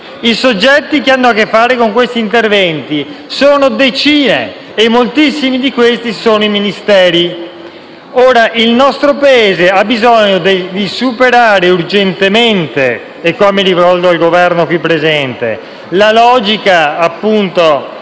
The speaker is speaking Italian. I soggetti che hanno a che fare con questi interventi sono decine e moltissimi di questi sono Ministeri. Il nostro Paese ha bisogno di superare urgentemente - e mi rivolgo al Governo, qui presente - la logica della